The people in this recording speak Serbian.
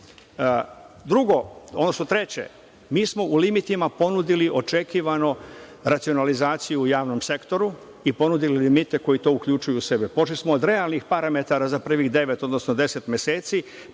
rasta. Drugo, odnosno treće, mi smo u limitima ponudili očekivano racionalizaciju u javnom sektoru i ponudili limite koji to uključuju u sebe. Pošli smo od realnih parametara za prvih devet, odnosno deset meseci,